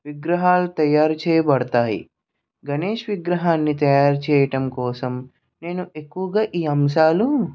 విగ్రహాలు తయారు చేయబడతాయి గణేష్ విగ్రహాన్ని తయారు చేయటం కోసం నేను ఎక్కువగా ఈ అంశాలు